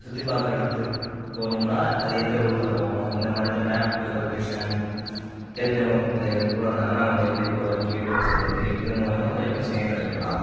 சுற்றி பார்க்கிற இடத்துக்கு போனோம்னால் அது எந்த ரூட்டில் போகணும் இந்த மாதிரி தான் மேப்பு லொக்கேஷன் தெரிஞ்சவங்க கூட இருந்தாங்கன்னால் அவங்ககிட்ட எப்படி போதுவன்னு கேட்டு வைச்சுக்கிறது இதன் மூலயமா கொஞ்சம் பிரச்சினைய தவிர்க்கலாம்